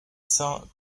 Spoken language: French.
saints